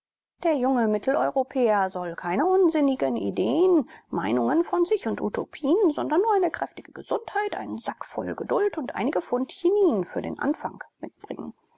der junge mitteleuropäer soll keine unsinnigen ideen meinungen von sich und utopien sondern nur eine kräftige gesundheit einen sack voll geduld und einige pfund chinin für den anfang mitbringen